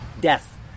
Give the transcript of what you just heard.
death